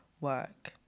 work